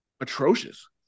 atrocious